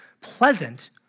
pleasant